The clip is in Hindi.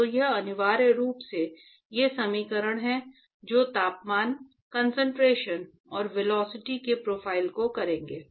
तो यह अनिवार्य रूप से ये समीकरण हैं जो तापमान कंसंट्रेशन और वेलोसिटी के प्रोफाइल को करेंगे